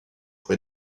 pour